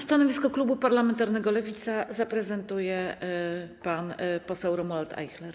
Stanowisko klubu parlamentarnego Lewica zaprezentuje pan poseł Romuald Ajchler.